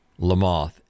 Lamoth